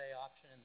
option